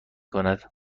کند